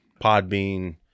Podbean